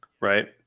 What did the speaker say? right